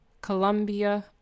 Colombia